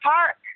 Park